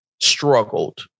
struggled